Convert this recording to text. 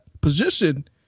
position